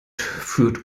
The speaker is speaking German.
führt